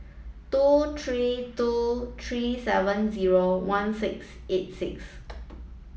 two three two three seven zero one six eight six